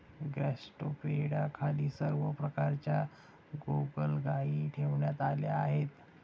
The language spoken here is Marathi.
गॅस्ट्रोपोडाखाली सर्व प्रकारच्या गोगलगायी ठेवण्यात आल्या आहेत